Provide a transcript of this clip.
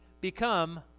become